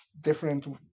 different